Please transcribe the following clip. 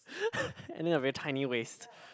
and then a very tiny waist